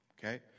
Okay